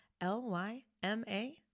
L-Y-M-A